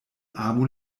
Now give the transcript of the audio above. amu